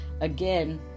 again